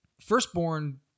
firstborn